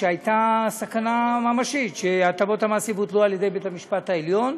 כשהייתה סכנה ממשית שהטבות המס יבוטלו על ידי בית-המשפט העליון,